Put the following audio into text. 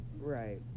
Right